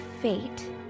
fate